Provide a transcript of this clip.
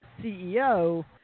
CEO